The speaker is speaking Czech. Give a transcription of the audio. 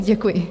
Děkuji.